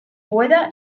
pueda